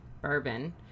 bourbon –